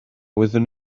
wyddwn